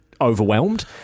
overwhelmed